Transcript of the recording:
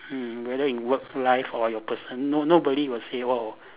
mm whether in work life or your personal no nobody will say oh